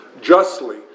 justly